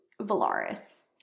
Valaris